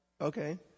okay